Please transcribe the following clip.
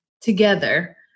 together